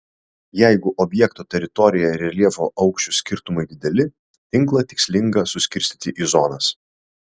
jeigu objekto teritorijoje reljefo aukščių skirtumai dideli tinklą tikslinga suskirstyti į zonas